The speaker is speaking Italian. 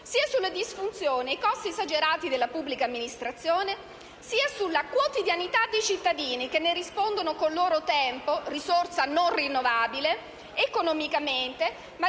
sia sulle disfunzioni ed i costi esagerati della pubblica amministrazione, sia sulla quotidianità dei cittadini, che ne rispondono con il loro tempo, risorsa non rinnovabile, economicamente